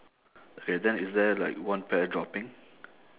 okay then is there like one pear dropping